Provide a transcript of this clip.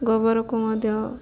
ଗୋବରକୁ ମଧ୍ୟ